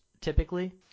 typically